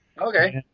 Okay